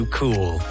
cool